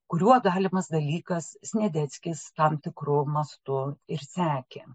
kuriuo galimas dalykas sniadeckis tam tikru mąstu ir sekė